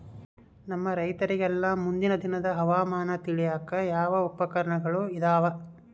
ನಮ್ಮ ರೈತರಿಗೆಲ್ಲಾ ಮುಂದಿನ ದಿನದ ಹವಾಮಾನ ತಿಳಿಯಾಕ ಯಾವ ಉಪಕರಣಗಳು ಇದಾವ?